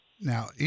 Now